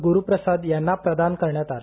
गुरुप्रसाद यांना प्रदान करण्यात आला